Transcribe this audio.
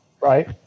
right